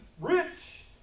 rich